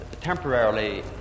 temporarily